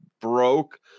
broke